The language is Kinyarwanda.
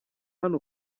hano